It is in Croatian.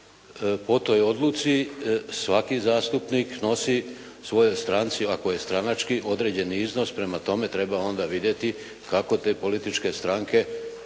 po toj odluci svaki zastupnik nosi svojoj stranci ako je stranački određeni iznos. Prema tome, treba onda vidjeti kako te političke stranke